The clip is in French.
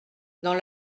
dans